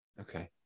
Okay